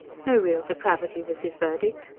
no real depravity, was his verdict.